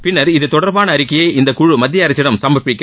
பின்னா் இது தொடர்பான அறிக்கையை இந்த குழு மத்திய அரசிடம் சம்ப்பிக்கும்